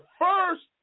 first